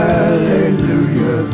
Hallelujah